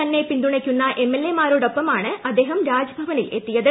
തന്നെ പിന്തുണയ്ക്കുന്ന M L A മാരോടൊപ്പമാണ് അദ്ദേഹം രാജ്ഭവനിൽ എത്തിയത്